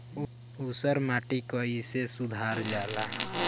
ऊसर माटी कईसे सुधार जाला?